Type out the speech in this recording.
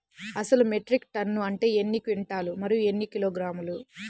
అసలు metric tonne అంటే ఎన్ని క్వింటాలు మరియు ఎన్ని కిలోగ్రాములు?